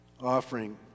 offering